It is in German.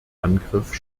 angriff